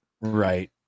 right